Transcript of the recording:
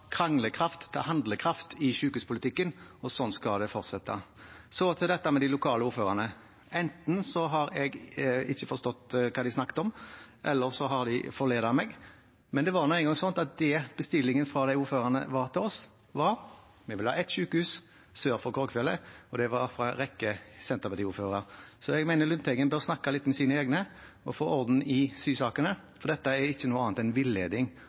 kranglekraft til handlekraft i sykehuspolitikken, og sånn skal det fortsette. Så til de lokale ordførerne: Enten har jeg ikke forstått hva de snakket om, eller så har de forledet meg. Men det var nå engang slik at bestillingen fra ordførerne til oss var: Vi vil ha ett sykehus sør for Korgfjellet. – Og det var fra en rekke Senterparti-ordførere. Jeg mener Lundteigen bør snakke litt med sine egne og få orden i sysakene, for dette er ikke noe annet enn villeding